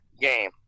game